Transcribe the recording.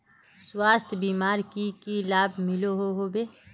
स्वास्थ्य बीमार की की लाभ मिलोहो होबे?